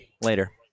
Later